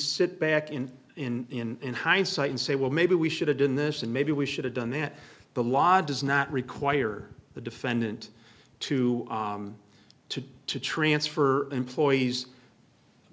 sit back and in hindsight and say well maybe we should have done this and maybe we should have done that the law does not require the defendant to to to transfer employees